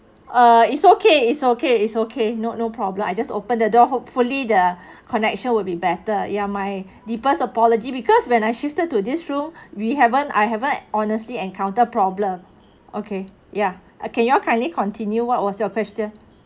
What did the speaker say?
ah it's okay it's okay it's okay no no problem I just open the door hopefully the connection will be better ya my deepest apology because when I shifted to this room we haven't I haven't honestly encounter problem okay ya can you all kindly continue what was your question